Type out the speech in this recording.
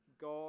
God